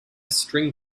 string